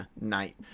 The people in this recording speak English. night